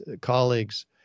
colleagues